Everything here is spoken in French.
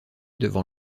devant